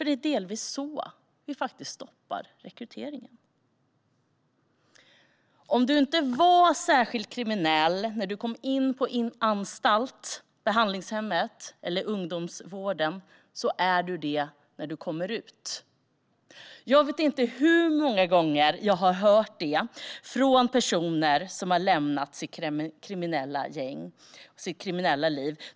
Det är delvis så vi faktiskt stoppar rekryteringen. Om du inte var särskilt kriminell när du kom in på anstalten eller behandlingshemmet eller i ungdomsvården är du det när du kommer ut. Jag vet inte hur många gånger jag har hört detta från personer som har lämnat sitt kriminella gäng och liv.